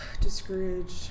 Discouraged